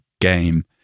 game